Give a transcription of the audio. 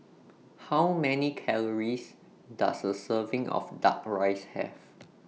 How Many Calories Does A Serving of Duck Rice Have